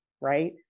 right